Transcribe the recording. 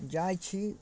जाइ छी